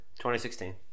2016